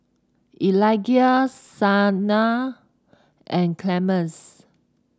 Eligah Sumner and Clemence